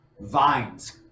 vines